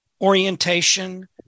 orientation